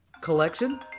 collection